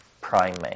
primate